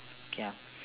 okay ah